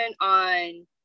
on